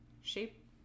Shape